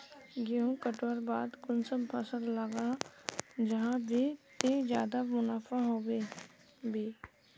गेंहू कटवार बाद कुंसम फसल लगा जाहा बे ते ज्यादा मुनाफा होबे बे?